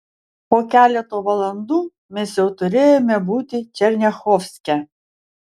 po keleto valandų mes jau turėjome būti černiachovske